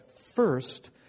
first